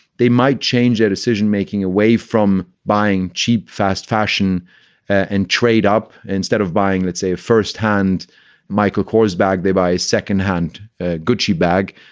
they might change their decision making away from buying cheap, fast fashion and trade up instead of buying, let's say, a firsthand michael kors bag. they buy secondhand gucci bag.